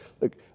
Look